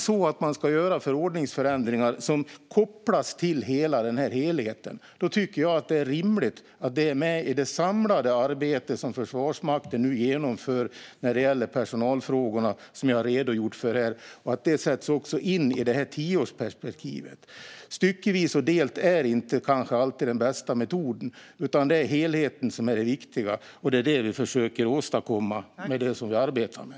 Ska man sedan göra förordningsförändringar som kopplas till denna helhet tycker jag att det är rimligt att det är med i det samlade arbete som Försvarsmakten nu genomför när det gäller personalfrågorna, som jag har redogjort för här, och att detta också sätts in i detta tioårsperspektiv. Styckevis och delt är kanske inte alltid den bästa metoden, utan det är helheten som är det viktiga. Det är detta vi försöker åstadkomma med det som vi arbetar med.